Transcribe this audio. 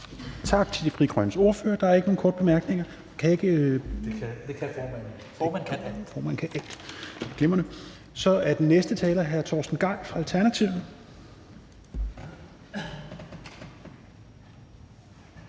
Tak til Frie Grønnes ordfører. Der er ikke nogen korte bemærkninger. Så er den næste taler hr. Torsten Gejl fra Alternativet.